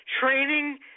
Training